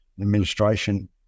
administration